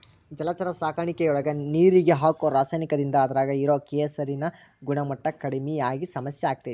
ಜಲಚರ ಸಾಕಾಣಿಕೆಯೊಳಗ ನೇರಿಗೆ ಹಾಕೋ ರಾಸಾಯನಿಕದಿಂದ ಅದ್ರಾಗ ಇರೋ ಕೆಸರಿನ ಗುಣಮಟ್ಟ ಕಡಿಮಿ ಆಗಿ ಸಮಸ್ಯೆ ಆಗ್ತೇತಿ